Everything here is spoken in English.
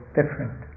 different